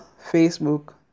Facebook